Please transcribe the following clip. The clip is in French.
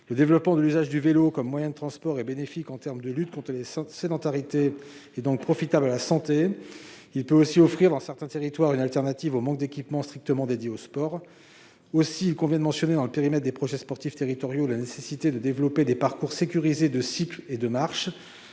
Le développement de l'usage du vélo comme moyen de transport est bénéfique en matière de lutte contre les sédentarités et profite à la santé. Il peut aussi offrir, dans certains territoires, une alternative au manque d'équipements strictement dédiés au sport. Aussi, il convient de mentionner dans le périmètre des projets sportifs territoriaux la nécessité de développer des parcours sécurisés de cycles et de marche.